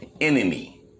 enemy